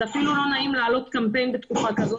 זה אפילו לא נעים להעלות קמפיין בתקופה כזאת,